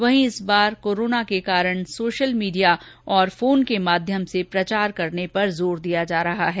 वहीं इस बार कोरोना के कारण सोशल मीडिया और फोन के माध्यम से प्रचार करने पर जोर दिया जा रहा है